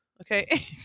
okay